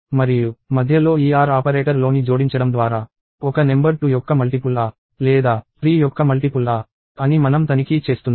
మరియు మధ్యలో ఈ OR ఆపరేటర్లోని జోడించడం ద్వారా ఒక నెంబర్ 2 యొక్క మల్టిపుల్ ఆ లేదా 3 యొక్క మల్టిపుల్ ఆ అని మనం తనిఖీ చేస్తున్నాము